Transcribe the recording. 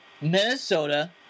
Minnesota